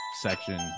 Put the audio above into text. section